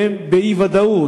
והם באי-ודאות?